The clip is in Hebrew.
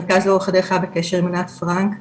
המרכז היה בקשר לאורך הדרך עם ענת פרנק,